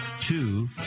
two